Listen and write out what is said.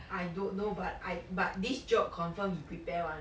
I don't know but I but this joke confirm is prepare [one]